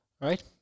right